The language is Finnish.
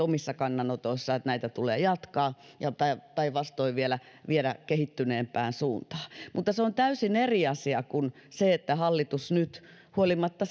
omissa kannanotoissaan että näitä tulee jatkaa ja päinvastoin vielä viedä kehittyneempään suuntaan mutta se on täysin eri asia kuin se että hallitus nyt huolimatta